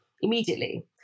immediately